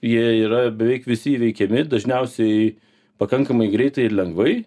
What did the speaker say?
jie yra beveik visi įveikiami dažniausiai pakankamai greitai ir lengvai